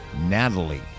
Natalie